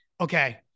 okay